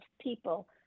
people